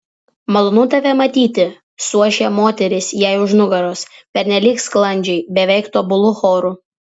malonu tave matyti suošė moterys jai už nugaros pernelyg sklandžiai beveik tobulu choru